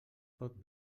pot